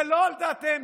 זה לא על דעתנו.